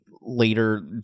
later